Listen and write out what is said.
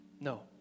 No